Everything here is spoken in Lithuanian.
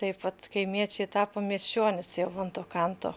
taip vat kaimiečiai tapo miesčionys jau ant to kanto